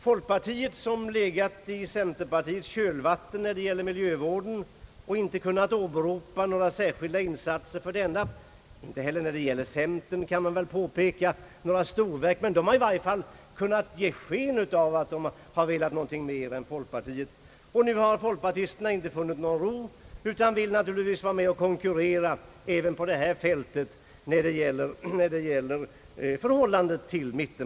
Folkpartiet, som legat i centerpartiets kölvatten när det gäller miljövården och inte kunnat åberopa några särskilda insatser för denna, har inte funnit någon ro utan vill naturligtvis vara med och konkurrera med mittenbrodern även på det här fältet. Inte heller centern kan väl peka på några storverk, men detta parti har i varje fall kunnat ge sken av att det velat någonting mer än folkpartiet.